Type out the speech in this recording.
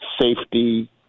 safety